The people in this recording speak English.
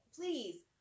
Please